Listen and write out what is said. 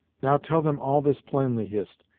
now tell them all this plainly, hist,